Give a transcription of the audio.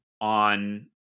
on